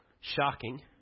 shocking